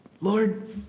Lord